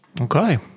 Okay